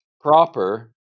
proper